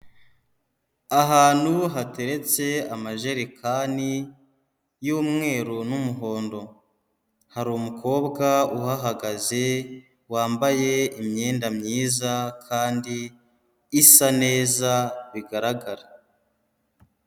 Ahantu hateretse amajerekani y'umweru n'umuhondo, hari umukobwa uhahagaze wambaye imyenda myiza kandi isa neza bigaragara.